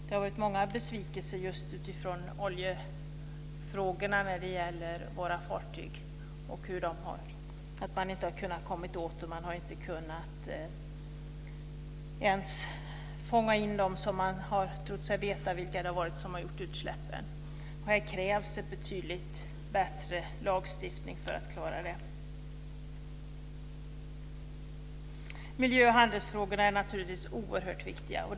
Det har varit många besvikelser i oljefrågorna när det gäller våra fartyg. Man har inte kunnat komma åt dem, inte ens kunnat fånga in dem som man har trott sig veta är de som har gjort utsläppen. Här krävs en betydligt bättre lagstiftning för att klara detta. Miljö och handelsfrågorna är naturligtvis oerhört viktiga.